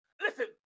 Listen